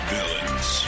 Villains